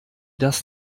das